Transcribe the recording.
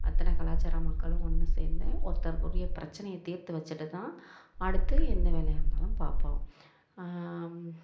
அத்தனை கலாச்சார மக்களும் ஒன்று சேர்ந்து ஒருத்தருக்கு உரிய பிரச்சினை தீர்த்து வச்சுட்டுத்தான் அடுத்து எந்த வேலையாக இருந்தாலும் பார்ப்போம்